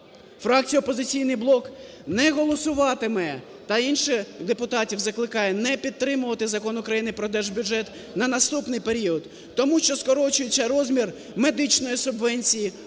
Фракція "Опозиційний блок" не голосуватиме та інших депутатів закликає не підтримувати Закон України про Держбюджет на наступний період, тому що скорочується розмір медичної субвенції,